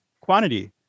quantity